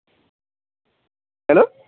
hello